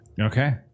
okay